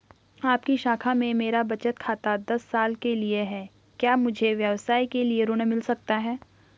आपकी शाखा में मेरा बचत खाता दस साल से है क्या मुझे व्यवसाय के लिए ऋण मिल सकता है?